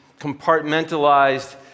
compartmentalized